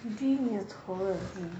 D 你的头啊 D